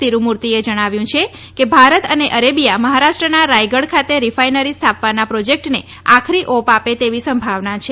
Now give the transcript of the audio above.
તિરૂમૂર્તિએ જણાવ્યું છે કે ભારત અને અરેબીયા મહારાષ્ટ્રના રાયગડ ખાતે રિફાઈનરી સ્થાપવાના પ્રોજેક્ટને આખરી ઓપ આપે તેવી સંભાવના છે